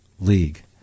league